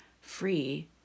free